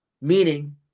meaning